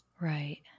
Right